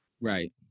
Right